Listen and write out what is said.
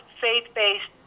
faith-based